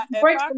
break